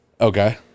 Okay